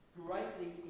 greatly